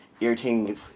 irritating